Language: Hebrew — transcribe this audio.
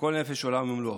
וכל נפש עולם ומלואו.